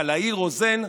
קלעי-רוזן,